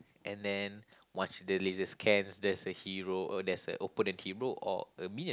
and then once the laser scans there's a hero or there's a opponent hero or a minion